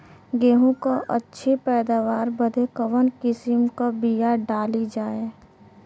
गेहूँ क अच्छी पैदावार बदे कवन किसीम क बिया डाली जाये?